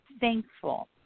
thankful